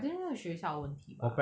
I think 是学校的问题吧